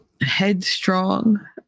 headstrong